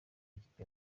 ikipe